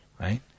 right